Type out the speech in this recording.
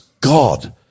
God